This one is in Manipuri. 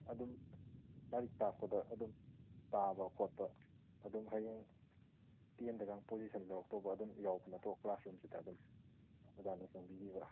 ꯑꯗꯨꯝ ꯂꯥꯏꯔꯤꯛ ꯇꯥꯛꯄꯗ ꯑꯗꯨꯝ ꯇꯥꯕ ꯈꯣꯠꯄ ꯑꯗꯨꯝ ꯍꯌꯦꯡ ꯇꯦꯟꯗꯒ ꯄꯣꯖꯤꯁꯟ ꯌꯥꯎꯔꯛꯇꯧꯕ ꯑꯗꯨꯝ ꯌꯥꯎꯕ ꯅꯇ꯭ꯔꯣ ꯀ꯭ꯂꯥꯁ ꯔꯨꯝꯁꯤꯗ ꯑꯗꯨꯝ ꯑꯣꯖꯥꯅ ꯆꯪꯕꯤꯔꯤꯕ